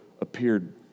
appeared